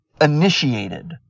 initiated